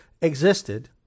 existed